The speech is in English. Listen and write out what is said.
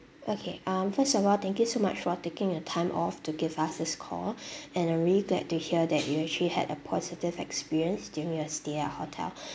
okay um first of all thank you so much for taking your time off to give us this call and I'm really glad to hear that you actually had a positive experience during your stay at our hotel